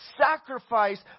sacrifice